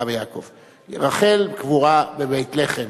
רחל קבורה בבית-לחם,